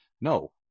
no